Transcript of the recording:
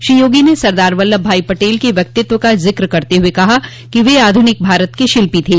श्री योगी ने सरदार वल्लभ भाई पटेल के व्यक्तित्व का जिक्र करते हुए कहा कि वह आधुनिक भारत के शिल्पी थे